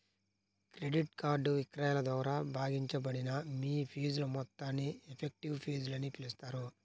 credit card విక్రయాల ద్వారా భాగించబడిన మీ ఫీజుల మొత్తాన్ని ఎఫెక్టివ్ ఫీజులని పిలుస్తారు